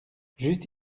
juste